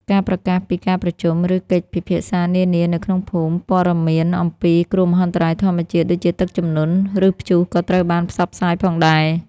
ការប្រកាសពី ការប្រជុំ ឬកិច្ចពិភាក្សានានានៅក្នុងភូមិ ព័ត៌មានអំពី គ្រោះមហន្តរាយធម្មជាតិ ដូចជាទឹកជំនន់ ឬព្យុះក៏ត្រូវបានផ្សព្វផ្សាយផងដែរ។